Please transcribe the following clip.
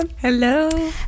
Hello